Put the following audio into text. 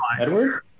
Edward